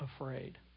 afraid